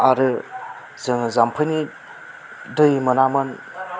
आरो जोङो जाम्फैनि दै मोनामोन